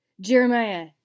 Jeremiah